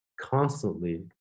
constantly